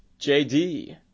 JD